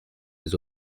les